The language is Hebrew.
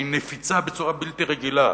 שהיא נפיצה בצורה בלתי רגילה.